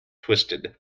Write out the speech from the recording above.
twisted